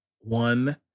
one